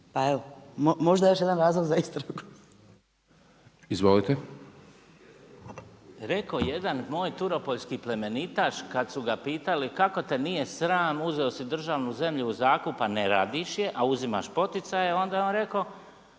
Richembergh, Goran (Nezavisni)** Rekao jedan moj turopoljski plemenitaš kad su ga pitali kako te nije sram, uzeo si državnu zemlju u zakup, a ne radiš je, a uzimaš poticaja, onda je on rekao